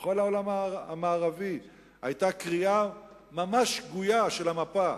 בכל העולם המערבי היתה קריאה ממש שגויה של המפה.